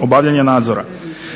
obavljanja nadzora.